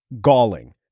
galling